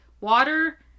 water